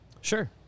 Sure